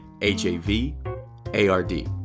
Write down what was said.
H-A-V-A-R-D